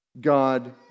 God